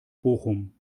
bochum